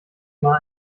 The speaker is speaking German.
mal